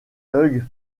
hugh